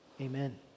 amen